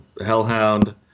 hellhound